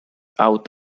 out